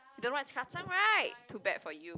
don't know what is custom right too bad for you